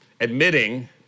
admitting